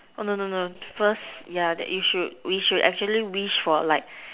oh no no no first yeah that should we should actually wish for like